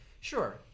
Sure